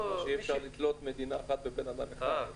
שאי אפשר לתלות מדינה אחת בבן אדם אחד.